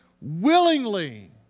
willingly